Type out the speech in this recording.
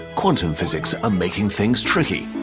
quantum physics are making things tricky.